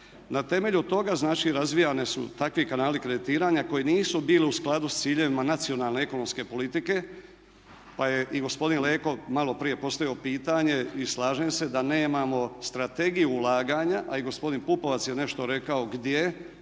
Na temelju toga, znači razvijani su takvi kanali kreditiranja koji nisu bili u skladu sa ciljevima nacionalne ekonomske politike, pa je i gospodin Leko malo prije postavio pitanje i slažem se da nemamo Strategije ulaganja, a i gospodin Pupovac je neto rekao gdje,